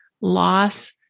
loss